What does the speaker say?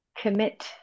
commit